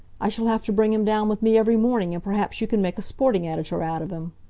i shall have to bring him down with me every morning, and perhaps you can make a sporting editor out of him.